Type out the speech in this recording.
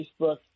Facebook